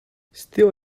still